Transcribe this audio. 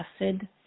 acid